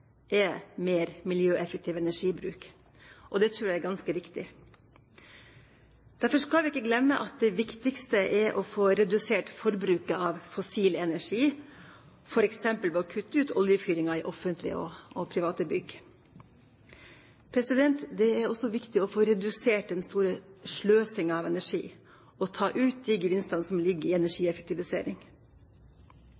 er mer miljøeffektiv energibruk. Det tror jeg er ganske riktig. Derfor skal vi ikke glemme at det viktigste er å få redusert forbruket av fossil energi, f.eks. ved å kutte ut oljefyring i offentlige og private bygg. Det er også viktig å få redusert den store sløsingen av energi og ta ut de gevinstene som ligger i